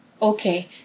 Okay